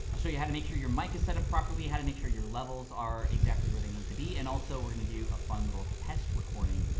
i'll show you how to make sure your mic is set up properly, how to make sure your levels are exactly where they need to be, and also we're gonna do a fun little test recording,